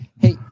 Hey